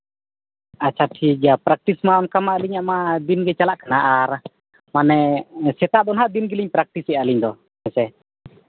ᱟᱪᱪᱷᱟ ᱴᱷᱤᱠ ᱜᱮᱭᱟ ᱯᱨᱮᱠᱴᱤᱥ ᱢᱟ ᱚᱱᱠᱟ ᱢᱟ ᱟᱹᱞᱤᱧᱟᱜ ᱢᱟ ᱫᱤᱱᱜᱮ ᱪᱟᱞᱟᱜ ᱠᱟᱱᱟ ᱟᱨ ᱢᱟᱱᱮ ᱥᱮᱛᱟᱜ ᱫᱚ ᱱᱦᱟᱸᱜ ᱫᱤᱱ ᱜᱮᱞᱤᱧ ᱯᱨᱮᱠᱴᱤᱥᱮᱫᱼᱟ ᱟᱹᱞᱤᱧ ᱫᱚ ᱦᱮᱸᱥᱮ